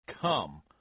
Come